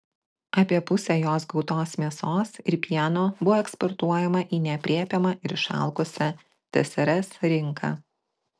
apie pusę jos gautos mėsos ir pieno buvo eksportuojama į neaprėpiamą ir išalkusią tsrs rinką